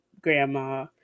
grandma